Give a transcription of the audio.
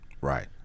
Right